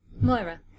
Moira